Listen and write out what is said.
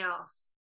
else